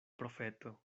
profeto